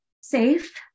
safe